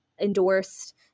endorsed